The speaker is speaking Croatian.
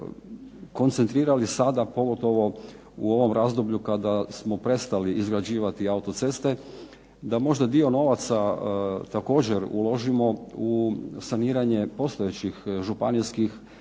koncentrirali sada pogotovo u ovom razdoblju kada smo prestali izgrađivati autoceste, da možda dio novaca također uložimo u saniranje postojećih županijskih